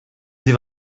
sie